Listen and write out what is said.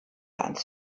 ans